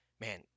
man